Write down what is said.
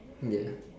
ya